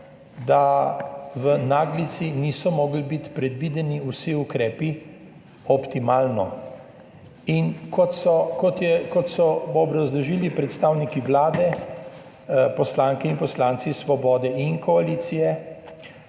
da v naglici niso mogli biti predvideni vsi ukrepi optimalno in kot so obrazložili predstavniki Vlade, poslanke in poslanci Svobode in koalicije